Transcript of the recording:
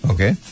Okay